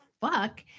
fuck